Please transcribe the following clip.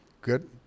Good